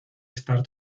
estas